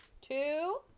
two